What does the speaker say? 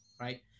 right